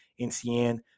NCN